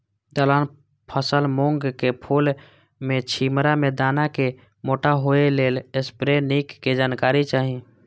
दलहन फसल मूँग के फुल में छिमरा में दाना के मोटा होय लेल स्प्रै निक के जानकारी चाही?